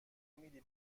میدی